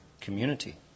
community